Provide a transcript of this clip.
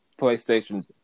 PlayStation